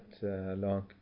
long